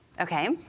okay